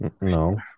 No